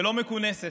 ולא מכונסת.